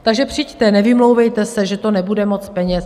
Takže přijďte, nevymlouvejte se, že to nebude moc peněz.